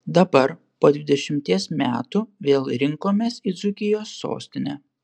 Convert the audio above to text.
dabar po dvidešimties metų vėl rinkomės į dzūkijos sostinę